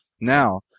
Now